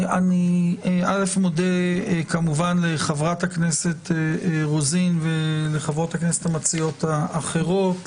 אני מודה כמובן לחברת הכנסת רוזין ולחברות הכנסת המציעות האחרות,